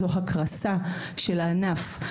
זו הקרסה של הענף.